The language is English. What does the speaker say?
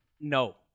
No